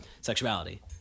sexuality